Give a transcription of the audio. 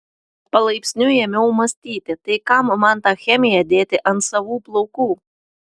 palaipsniui ėmiau mąstyti tai kam man tą chemiją dėti ant savų plaukų